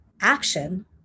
action